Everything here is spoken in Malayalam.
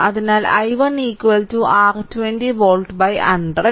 അതിനാൽ i1 R20 വോൾട്ട് 100